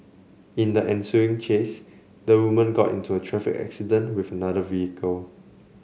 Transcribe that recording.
in the ensuing chase the woman got into a traffic accident with another vehicle